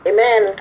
Amen